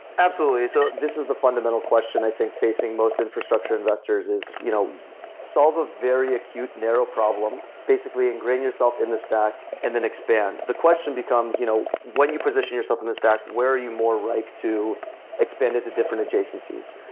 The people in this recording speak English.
absolutely. so this is the fundamental question i think, facing most infrastructure investors, is you know solve a very acute narrow problem. basically, ingrain yourself in the stack and then expand. the question becomes, you know when you position yourself in the stack, where are you more ripe to expend it to different adjacencies?